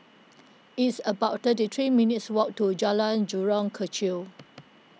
it's about thirty three minutes' walk to Jalan Jurong Kechil